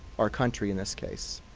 our country in this case.